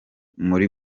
muri